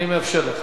אני מאפשר לך.